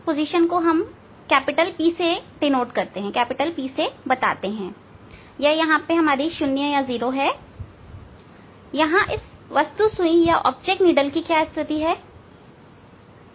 यह 0 है यहां इस वस्तु सुई की स्थिति क्या है